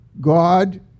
God